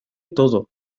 todo